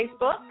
Facebook